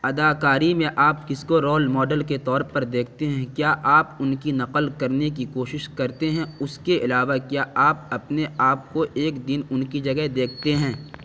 اداکاری میں آپ کس کو رول ماڈل کے طور پر دیکھتے ہیں کیا آپ ان کی نقل کرنے کی کوشش کرتے ہیں اس کے علاوہ کیا آپ اپنے آپ کو ایک دن ان کی جگہ دیکھتے ہیں